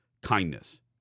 kindness